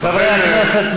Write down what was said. חברי הכנסת,